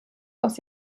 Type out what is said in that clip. aus